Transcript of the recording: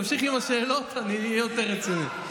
תמשיכי עם השאלות, אני אהיה יותר רציני.